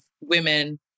women